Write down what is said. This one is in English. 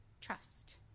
trust